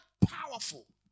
powerful